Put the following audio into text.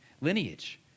lineage